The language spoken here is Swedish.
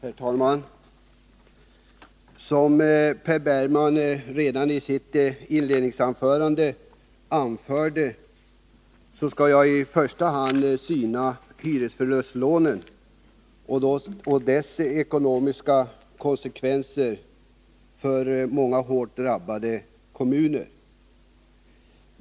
Herr talman! Som Per Bergman sade redan i sitt inledningsanförande skall jagi första hand syna hyresförlustlånen och deras ekonomiska konsekvenser för många hårt drabbade kommuner.